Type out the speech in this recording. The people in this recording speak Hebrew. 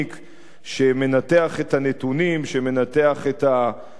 שמנתח את הנתונים, שמנתח את העובדות.